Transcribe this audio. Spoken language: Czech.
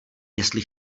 jestli